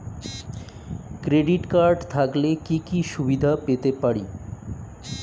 Credit card থাকলে কি কি সুবিধা পেতে পারি?